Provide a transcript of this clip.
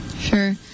Sure